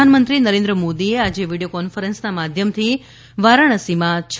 પ્રધાનમંત્રી નરેન્દ્ર મોદી એ આજે વિડિયો કોન્ફરન્સના માધ્યમથી વારાણસીમાં છ